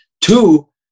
Two